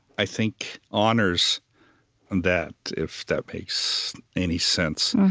i think, honors that, if that makes any sense.